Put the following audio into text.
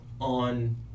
on